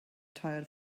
tired